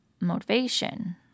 motivation